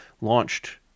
launched